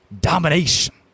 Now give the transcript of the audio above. domination